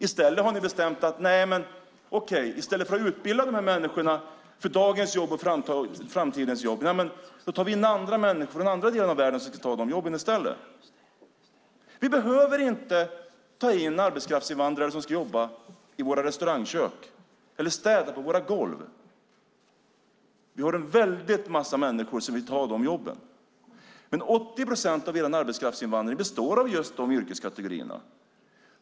I stället för att utbilda människor för dagens och framtidens jobb tar ni in andra människor från andra delar av världen som kan ta jobben. Vi behöver inte ta in arbetskraftsinvandrare som ska jobba i våra restaurangkök eller städa våra golv. Det finns en mängd människor som vill ta de jobben. 80 procent av era arbetskraftsinvandrare består av de yrkeskategorierna.